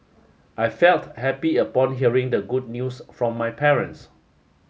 I felt happy upon hearing the good news from my parents